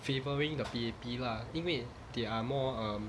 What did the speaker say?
favouring the P_A_P lah 因为 they are more um